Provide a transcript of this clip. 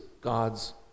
God's